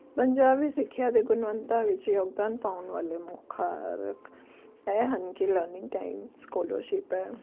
ਪੰਜਾਬੀ ਸਿੱਖਿਆ ਦੇ ਗੁਣਵੱਤਾ ਵਿੱਚ ਯੋਗਦਾਨ ਪਾਉਣ ਵਾਲੇ ਮੋਖਾਰਕ ਇਹ ਹਨ ਕਿ ਲਰਨਿੰਗ ਟਾਈਮ ਸਕੋਲਰਸ਼ਿਪ ਹੈ